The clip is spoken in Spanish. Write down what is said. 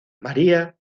maría